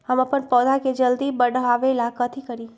हम अपन पौधा के जल्दी बाढ़आवेला कथि करिए?